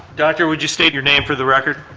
doctor would you state your name for the record.